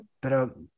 pero